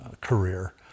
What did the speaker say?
career